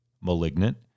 Malignant